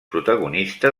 protagonista